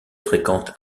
fréquente